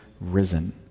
risen